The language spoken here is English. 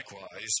likewise